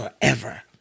forever